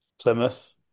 Plymouth